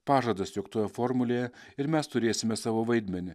pažadas jog toje formulėje ir mes turėsime savo vaidmenį